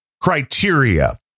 criteria